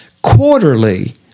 quarterly